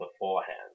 beforehand